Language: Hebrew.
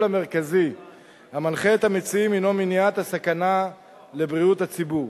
המרכזי המנחה את המציעים הינו מניעת הסכנה לבריאות הציבור,